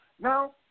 Now